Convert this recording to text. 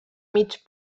mig